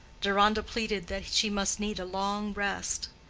deronda pleaded that she must need a long rest.